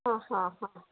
हा हा हा